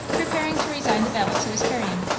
preparing to resign the valise he was carrying,